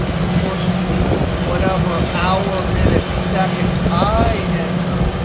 proportion means whatever hour, minute, second i enter,